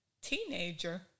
teenager